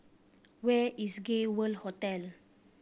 where is Gay World Hotel